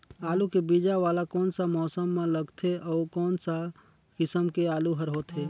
आलू के बीजा वाला कोन सा मौसम म लगथे अउ कोन सा किसम के आलू हर होथे?